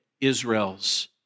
Israel's